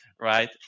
right